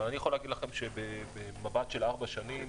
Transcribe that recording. אבל אני יכול להגיד לכם שבמבט של ארבע שנים,